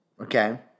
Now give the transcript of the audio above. okay